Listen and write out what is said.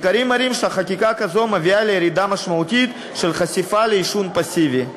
מחקרים מראים שחקיקה כזאת מביאה לירידה משמעותית של חשיפה לעישון פסיבי.